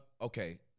okay